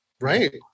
Right